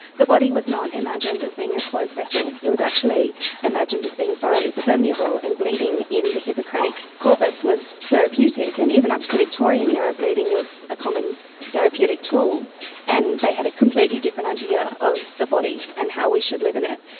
the body was not imagined as being a closed vessel, it was actually imagined as being thoroughly permeable, and bleeding in the hippocratic corpus was therapeutic, and even up to the victorian era bleeding was a common therapeutic tool and they had a completely different idea of the body and how we should live in it.